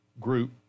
group